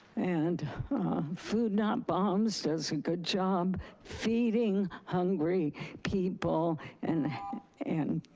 and food not bombs does a good job feeding hungry people and and